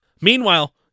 Meanwhile